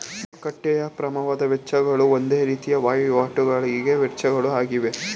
ಮಾರುಕಟ್ಟೆಯ ಪ್ರಭಾವದ ವೆಚ್ಚಗಳು ಒಂದು ರೀತಿಯ ವಹಿವಾಟಿಗಳಿಗೆ ವೆಚ್ಚಗಳ ಆಗಿವೆ